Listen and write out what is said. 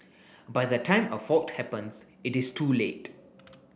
by the time a fault happens it is too late